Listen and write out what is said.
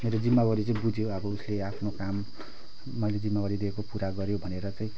मेरो जिम्मावारी चाहिँ बुझ्यो अब उसले आफ्नो काम मैले जिम्मेवारी दिएको पुरा गर्यो भनेर चाहिँ